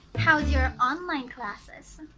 how's your online classes?